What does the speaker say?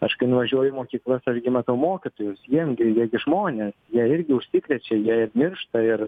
aš kai nuvažiuoju į mokyklas aš gi matau mokytojus jiem gi jie gi žmonės jie irgi užsikrečia jie ir miršta ir